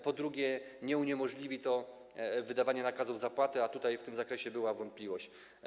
Po drugie, nie uniemożliwi to wydawania nakazów zapłaty, a w tym zakresie były wątpliwości.